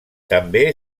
també